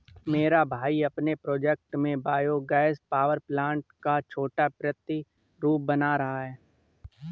मेरा भाई अपने प्रोजेक्ट में बायो गैस पावर प्लांट का छोटा प्रतिरूप बना रहा है